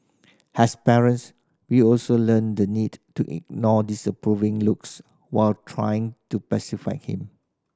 has parents we also learn the need to ignore disapproving looks while trying to pacify him